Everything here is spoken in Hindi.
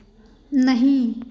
नहीं